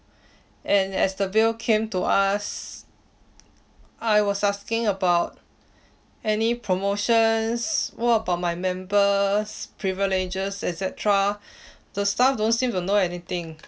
and as the bill came to us I was asking about any promotions what about my members' privileges et cetera the staff don't seem to know anything